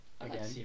again